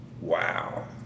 Wow